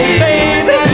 baby